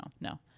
no